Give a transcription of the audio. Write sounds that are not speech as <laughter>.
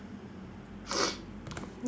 <noise>